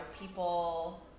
people